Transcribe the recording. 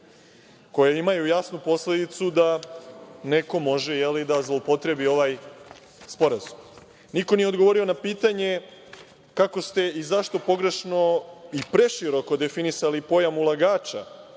koja imaju jasnu posledicu da neko može da zloupotrebi ovaj sporazum. Niko nije odgovorio na pitanje kako ste i zašto pogrešno i preširoko definisali pojam ulagača